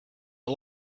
are